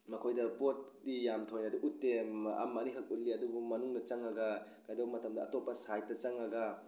ꯃꯈꯣꯏꯗ ꯄꯣꯠꯇꯤ ꯌꯥꯝ ꯊꯣꯏꯅꯗꯤ ꯎꯠꯇꯦ ꯑꯃ ꯑꯅꯤꯈꯛ ꯎꯠꯂꯤ ꯑꯗꯨꯕꯨ ꯃꯅꯨꯡꯗ ꯆꯪꯂꯒ ꯀꯩꯗꯧ ꯃꯇꯝꯗ ꯑꯇꯣꯞꯄ ꯁꯥꯏꯠꯇ ꯆꯪꯂꯒ